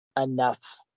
enough